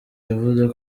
yavuze